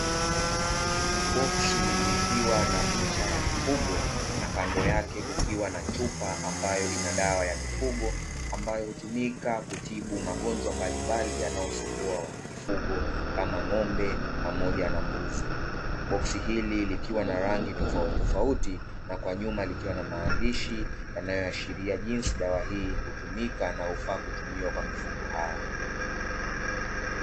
Boksi likiwa na picha ya mifugo na kando yake kukiwa na chupa ambayo ina dawa ya mifugo ambayo hutumika kutibu magonjwa mbalimbali yanayosumbua mifugo, kama ng'ombe pamoja na mbuzi. Boksi hili likiwa na rangi tofautitofauti na kwa nyuma likiwa na maandishi yanayoashiria jinsi dawa hii hutumika na hufaa kutumika kwa mifugo hawa.